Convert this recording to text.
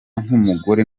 nk’umugore